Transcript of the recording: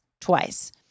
twice